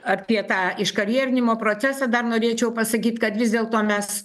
apie tą iškarjerinimo procesą dar norėčiau pasakyt kad vis dėlto mes